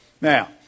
Now